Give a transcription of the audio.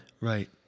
Right